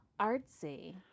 Artsy